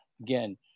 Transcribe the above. Again